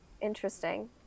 Interesting